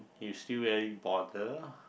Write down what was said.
you still very bother